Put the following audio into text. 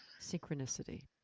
Synchronicity